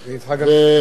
זה כבר נדחה.